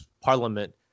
parliament